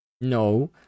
No